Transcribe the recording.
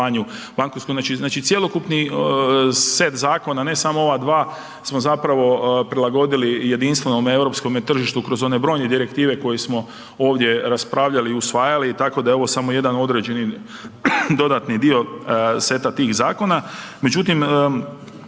znači cjelokupni set zakona, ne samo ova dva smo zapravo prilagodili jedinstvenom europskome tržištu kroz one brojne direktive koje smo ovdje raspravljali i usvajali, tako da je ovo samo jedan određeni dodatni dio seta tih zakona.